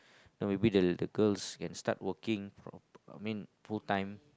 no maybe the the girls can start working from I mean full time